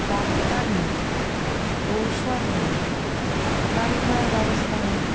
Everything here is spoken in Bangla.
ডাক্তার নেই ঔষধ নেই গাড়ি ঘোড়ার ব্যবস্থা নেই